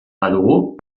badugu